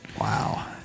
Wow